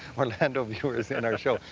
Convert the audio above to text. orlando viewers in our show.